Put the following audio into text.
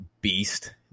beast